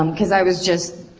um cause i was just.